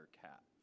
cap